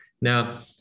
Now